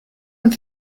und